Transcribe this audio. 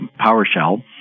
PowerShell